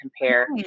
compare